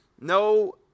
No